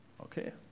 Okay